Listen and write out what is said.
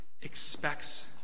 expects